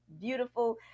beautiful